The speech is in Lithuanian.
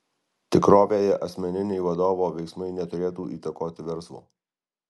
tikrovėje asmeniniai vadovo veiksmai neturėtų įtakoti verslo